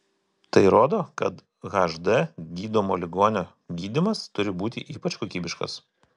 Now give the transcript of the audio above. tai rodo kad hd gydomo ligonio gydymas turi būti ypač kokybiškas